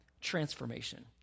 transformation